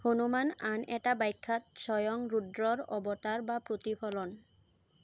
হনুমান আন এটা বাখ্যাত স্বয়ং ৰুদ্ৰৰ অৱতাৰ বা প্ৰতিফলন